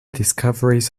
discoveries